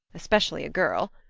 especially a girl,